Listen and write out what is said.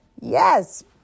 Yes